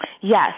Yes